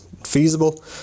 feasible